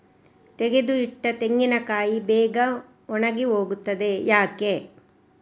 ತೆಗೆದು ಇಟ್ಟ ತೆಂಗಿನಕಾಯಿ ಬೇಗ ಒಣಗಿ ಹೋಗುತ್ತದೆ ಯಾಕೆ?